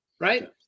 right